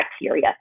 bacteria